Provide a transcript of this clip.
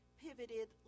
pivoted